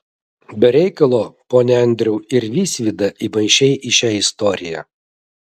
be reikalo pone andriau ir visvydą įmaišei į šią istoriją